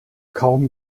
kaum